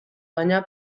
baina